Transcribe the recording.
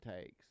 takes